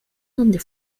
donde